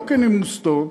לא כנימוס טוב,